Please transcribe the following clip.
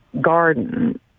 garden